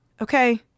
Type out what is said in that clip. Okay